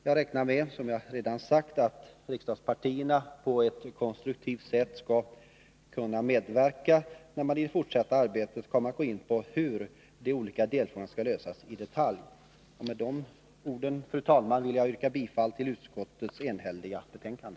Jag räknar med, som jag redan sagt, att riksdagspartierna på ett konstruktivt sätt skall kunna medverka när man i det fortsatta arbetet kommer att gå in på hur de olika delfrågorna skall lösas i detalj. Med dessa ord, fru talman, yrkar jag bifall till hemställan i utskottets enhälliga betänkande.